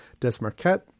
Desmarquette